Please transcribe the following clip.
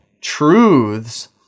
Truths